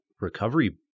recovery